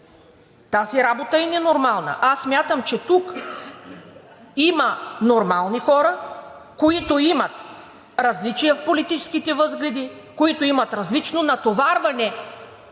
Тази работа е ненормална! Аз смятам, че тук има нормални хора, които имат различия в политическите възгледи, които имат различно натоварване